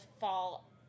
fall